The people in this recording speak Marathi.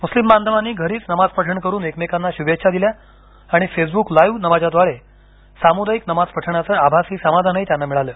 मुस्लिम बांधवांनी घरीच नमाज पठण करून एकमेंकांना शुभेच्छा दिल्या पण फेसबुक लाईव्ह नमाजामुळे सामुदायिक नमाज पठणाचं आभासी समाधानही त्यांना मिळालं